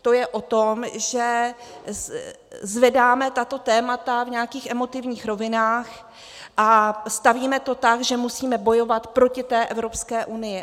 To je o tom, že zvedáme tato témata v nějakých emotivních rovinách a stavíme to tak, že musíme bojovat proti té Evropské unii.